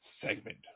segment